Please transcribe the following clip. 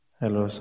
Hello